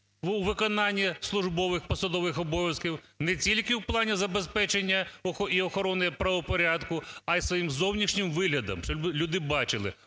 виконанні службових посадових обов'язків, не тільки у плані забезпечення і охорони правопорядку, а й своїм зовнішнім виглядом, щоби люди бачили,